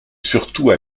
surtout